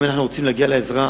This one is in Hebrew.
אם אנחנו רוצים להגיע לאזרח,